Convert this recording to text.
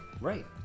right